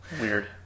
Weird